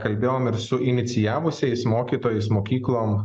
kalbėjome ir su inicijavusiais mokytojais mokyklom